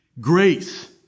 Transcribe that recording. Grace